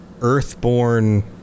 earthborn